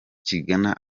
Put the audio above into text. kigana